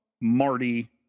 Marty